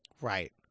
right